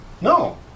No